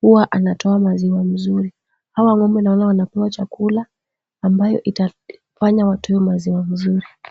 huwa anatoa maziwa mzuri. Hawa ng'ombe naona wanapewa chakula ambacho kitafanya watoe maziwa mzuri.